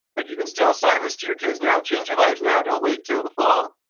but you can still assign this to your kids now. change their lives now, don't wait until the fall.